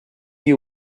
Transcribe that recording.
you